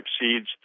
seeds